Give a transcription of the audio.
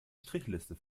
strichliste